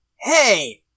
hey